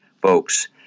folks